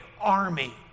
army